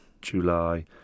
July